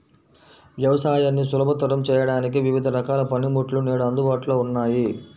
వ్యవసాయాన్ని సులభతరం చేయడానికి వివిధ రకాల పనిముట్లు నేడు అందుబాటులో ఉన్నాయి